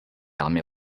armée